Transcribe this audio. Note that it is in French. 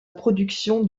production